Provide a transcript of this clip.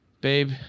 Babe